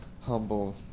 humble